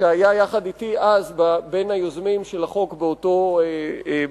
שהיה אז יחד אתי בין היוזמים של החוק באותו סיבוב,